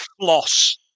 floss